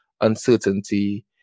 uncertainty